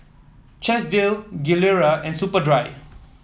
Chesdale Gilera and Superdry